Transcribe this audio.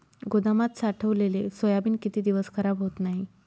गोदामात साठवलेले सोयाबीन किती दिवस खराब होत नाही?